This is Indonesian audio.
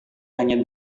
hanya